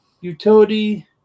Utility